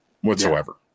whatsoever